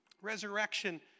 Resurrection